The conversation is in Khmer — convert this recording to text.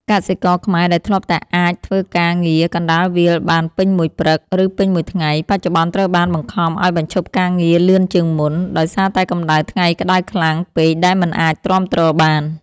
កសិករខ្មែរដែលធ្លាប់តែអាចធ្វើការងារកណ្ដាលវាលបានពេញមួយព្រឹក ឬពេញមួយថ្ងៃ បច្ចុប្បន្នត្រូវបានបង្ខំឱ្យបញ្ឈប់ការងារលឿនជាងមុន ដោយសារតែកម្ដៅថ្ងៃក្តៅខ្លាំងពេកដែលមិនអាចទ្រាំទ្របាន។